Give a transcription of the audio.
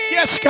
Yes